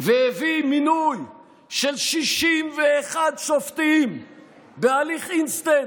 והביא מינוי של 61 שופטים בהליך אינסטנט,